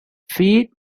feed